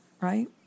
right